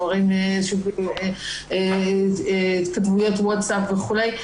או מראים איזשהן התכתבויות וואטסאפ וכו'.